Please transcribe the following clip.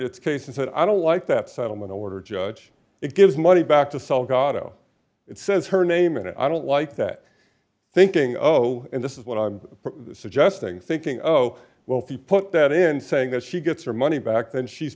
its case and said i don't like busy that settlement order judge it gives money back to salvato it says her name and i don't like that thinking oh this is what i'm suggesting thinking oh well if you put that in saying that she gets her money back then she's